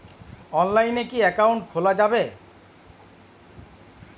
অনলাইনে কি অ্যাকাউন্ট খোলা যাবে?